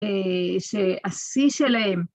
שהשיא שלהם